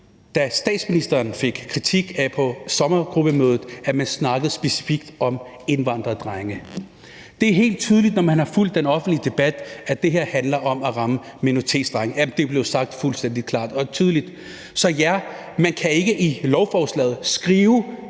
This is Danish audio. Statsministeren fik kritik, fordi hun på sommergruppemødet snakkede specifikt om indvandrerdrenge. Det er helt tydeligt, når man har fulgt den offentlige debat, at det her handler om at ramme minoritetsdrenge. Det er blevet sagt fuldstændig klart og tydeligt. Man kan ikke i lovforslaget skrive,